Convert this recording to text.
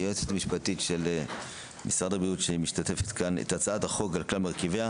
על הצעת החוק על כל מרכיביה.